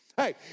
Hey